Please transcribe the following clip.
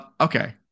Okay